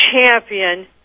champion